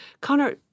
Connor